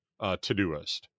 Todoist